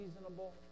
reasonable